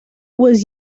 was